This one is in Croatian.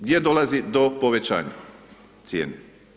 Gdje dolazi do povećanja cijene?